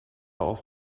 aus